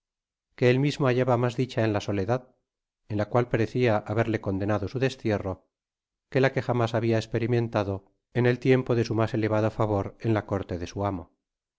que él mismo hallaba mas dicha en la soledad en la cual parecía haberle condenado sa destierro que la que jamás habia esperimentado en el tiempo de su mas elevado favor en la corte de su amo